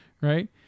right